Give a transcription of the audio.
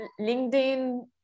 LinkedIn